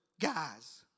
guys